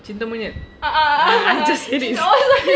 cinta monyet I just said it